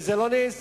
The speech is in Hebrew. וזה לא נעשה.